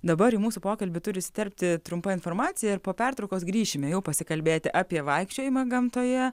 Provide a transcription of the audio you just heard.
dabar į mūsų pokalbį turi įsiterpti trumpa informacija ir po pertraukos grįšime jau pasikalbėti apie vaikščiojimą gamtoje